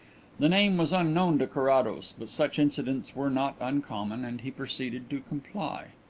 the name was unknown to carrados, but such incidents were not uncommon, and he proceeded to comply.